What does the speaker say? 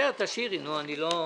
תשאירי, בסדר.